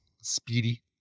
speedy